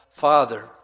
Father